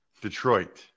Detroit